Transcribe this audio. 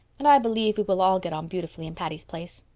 and i believe we will all get on beautifully in patty's place.